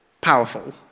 powerful